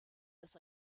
des